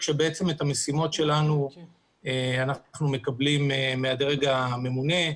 כאשר את המשימות שלנו אנחנו מקבלים מהדרג הממונה,